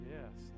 Yes